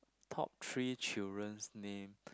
top three children's name